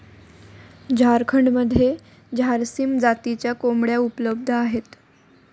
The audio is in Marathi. झारखंडमध्ये झारसीम जातीच्या कोंबड्या उपलब्ध आहेत